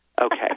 Okay